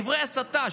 דברי הסתה,